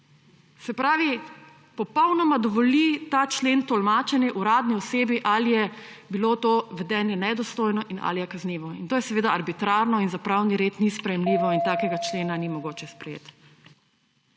Se pravi, popolnoma dovoli ta člen tolmačenje uradni osebi, ali je bilo to vedenje nedostojno in ali je kaznivo. To je seveda arbitrarno in za pravni red ni sprejemljivo in takega člena ni mogoče sprejeti.